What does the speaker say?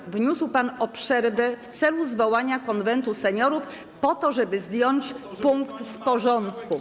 Nie, pan wniósł o przerwę w celu zwołania Konwentu Seniorów po to, żeby zdjąć punkt z porządku.